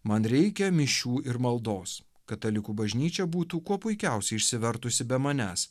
man reikia mišių ir maldos katalikų bažnyčia būtų kuo puikiausiai išsivertusi be manęs